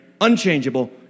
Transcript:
unchangeable